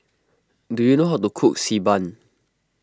do you know how to cook Xi Ban